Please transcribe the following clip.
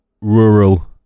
Rural